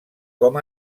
com